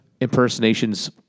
impersonations